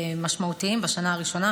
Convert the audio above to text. משמעותיים בשנה הראשונה.